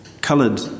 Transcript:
coloured